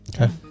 Okay